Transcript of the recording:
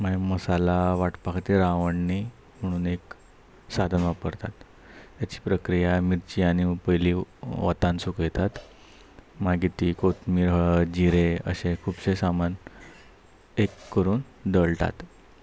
मागीर मसाला वांटपा खातीर आवणणी म्हणून एक साधन वापरतात हेची प्रक्रिया मिर्ची आनी पयली वतान सुकयतात मागीर ती कोथमीर हळड जिरें अशे खुबशें सामान एक करून दळटात